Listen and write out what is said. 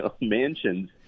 mansions